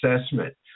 assessment